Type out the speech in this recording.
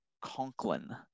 Conklin